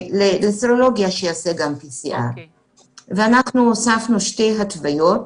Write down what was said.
שיעשה גם PCR. אנחנו הוספנו שתי התוויות